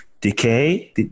decay